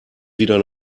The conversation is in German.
wieder